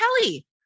Kelly